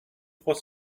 trois